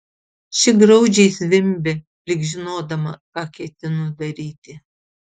ši graudžiai zvimbė lyg žinodama ką ketinu daryti